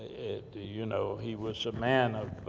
you know he was a man of